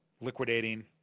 liquidating